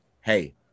hey